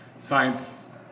science